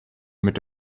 mit